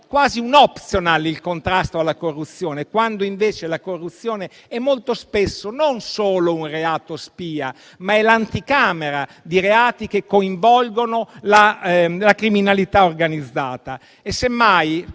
quasi un *optional* il contrasto alla corruzione. E invece la corruzione è molto spesso non solo un reato spia, ma anche l'anticamera di reati che coinvolgono la criminalità organizzata.